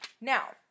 now